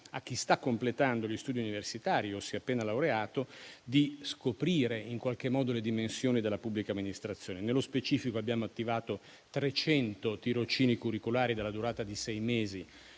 a chi sta completando gli studi universitari o si è appena laureato di scoprire le dimensioni della pubblica amministrazione. Nello specifico, abbiamo attivato 300 tirocini curriculari della durata di sei mesi